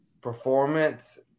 performance